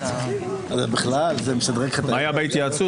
ההסתייגות